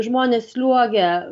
žmonės sliuogia